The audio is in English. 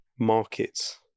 markets